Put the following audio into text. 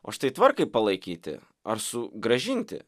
o štai tvarkai palaikyti ar sugrąžinti